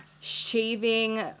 shaving